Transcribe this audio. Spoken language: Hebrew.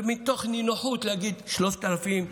ומתוך נינוחות להגיד: 3,000,